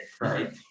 right